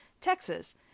Texas